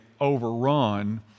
overrun